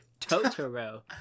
Totoro